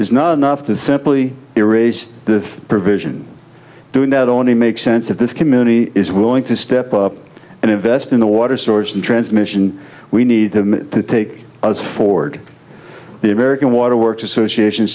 is not enough to simply erase the provision doing that only makes sense that this committee is willing to step up and invest in the water source and transmission we need them to take us forward the american water works association